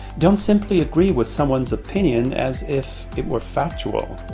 don't simply agree with someone's opinion as if it were factual